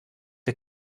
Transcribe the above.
der